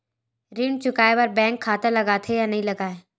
ऋण चुकाए बार बैंक खाता लगथे या नहीं लगाए?